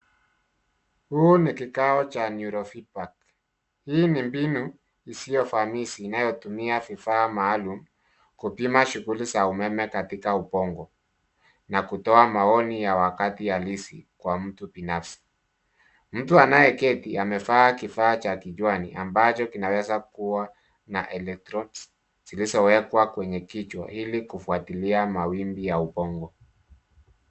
Huu ni kikao cha neurofeedback . Hii ni mbinu isiyofanisi inayotumia vifaa maalum kupima shughuli za umeme katika ubongo na kutoa maoni ya wakati halisi kwa mtu binafsi. Mtu anayeketi amevaa kifaa cha kichwani ambacho kinaweza kuwa na electrodes zilizowekwa kwenye kichwa ili kufuatilia mawimbi ya ubongo.